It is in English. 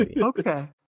Okay